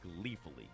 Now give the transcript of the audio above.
gleefully